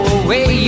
away